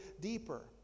deeper